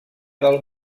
del